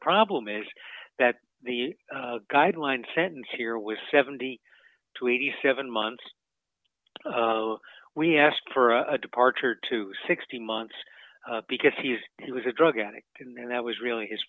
problem is that the guideline sentence here was seventy to eighty seven months we asked for a departure to sixteen months because he was a drug addict and that was really his